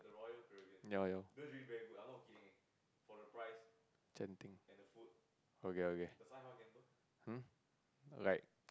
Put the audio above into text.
ya lor ya lor Genting okay okay hm like